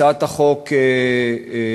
הצעת החוק שופרה,